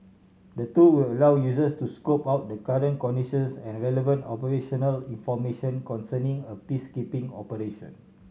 the tool will allow users to scope out the current conditions and relevant operational information concerning a peacekeeping operation